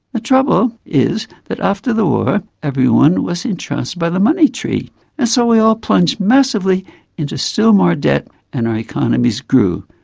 the trouble is that after the war everyone was entranced by the money tree and so we all plunged massively into still more debt and our economies grew,